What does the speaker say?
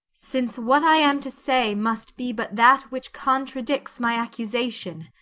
since what i am to say must be but that which contradicts my accusation,